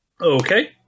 Okay